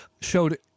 showed